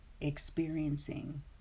experiencing